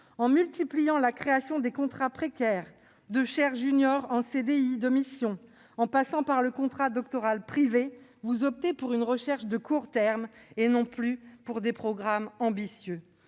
En multipliant la création des contrats précaires, de chaires de professeur junior en CDI de mission, en passant par le contrat doctoral privé, vous optez pour une recherche de court terme et non pour des programmes ambitieux.